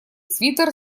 свитер